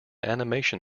animation